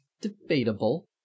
Debatable